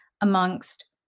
amongst